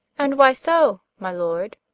and why so, my lord?